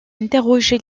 interrogé